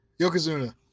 Yokozuna